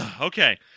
okay